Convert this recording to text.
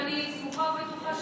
ואני סמוכה ובטוחה,